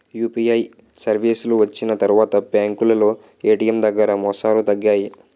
UPI సర్వీసులు వచ్చిన తర్వాత బ్యాంకులో ఏటీఎం దగ్గర మోసాలు తగ్గాయి